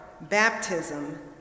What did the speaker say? baptism